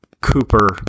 Cooper